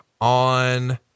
on